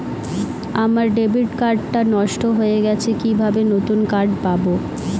আমার debit card টা নষ্ট হয়ে গেছে কিভাবে নতুন কার্ড পাব?